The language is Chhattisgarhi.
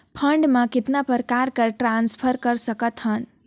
फंड मे कतना प्रकार से ट्रांसफर कर सकत हन?